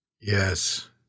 Yes